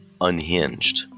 unhinged